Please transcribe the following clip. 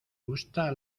gusta